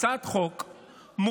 הצעת חוק מוכנה,